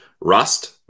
rust